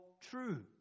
true